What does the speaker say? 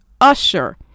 Usher